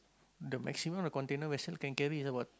the maximum the container vessel can carry about